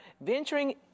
venturing